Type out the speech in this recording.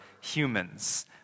humans